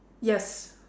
yes